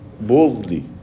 boldly